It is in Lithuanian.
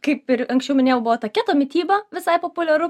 kaip ir anksčiau minėjau buvo ta keto mityba visai populiaru